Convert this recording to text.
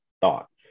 thoughts